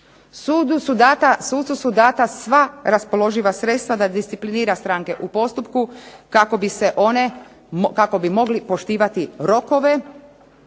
Sucu su data sva raspoloživa sredstva da disciplinira stranke u postupku kako bi mogli poštivati rokove